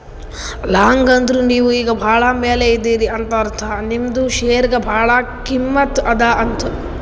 long ಅಂದುರ್ ನೀವು ಈಗ ಭಾಳ ಮ್ಯಾಲ ಇದೀರಿ ಅಂತ ಅರ್ಥ ನಿಮ್ದು ಶೇರ್ಗ ಭಾಳ ಕಿಮ್ಮತ್ ಅದಾ ಅಂತ್